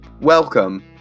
welcome